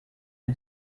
uma